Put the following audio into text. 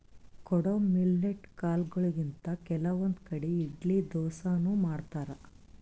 ಕೊಡೊ ಮಿಲ್ಲೆಟ್ ಕಾಲ್ಗೊಳಿಂತ್ ಕೆಲವಂದ್ ಕಡಿ ಇಡ್ಲಿ ದೋಸಾನು ಮಾಡ್ತಾರ್